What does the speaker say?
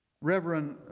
Reverend